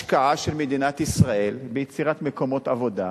השקעה של מדינת ישראל ביצירת מקומות עבודה,